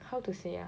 how to say ah